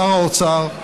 שר האוצר,